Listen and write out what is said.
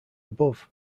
above